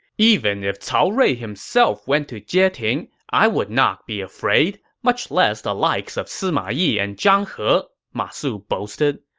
even if cao rui himself went to jieting, i would not be afraid, much less the likes of sima yi and zhang he, ma su boasted.